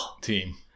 team